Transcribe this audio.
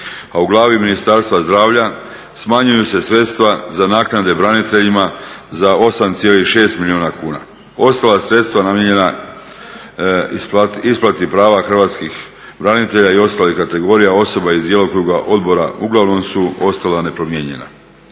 a u glavi Ministarstva zdravlja smanjuju se sredstva za naknade braniteljima za 8,6 milijuna kuna. Ostala sredstva namijenjena isplati prava hrvatskih branitelja i ostalih kategorija, osoba iz djelokruga odbora uglavnom su ostala nepromijenjena.